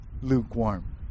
lukewarm